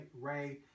ray